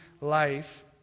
life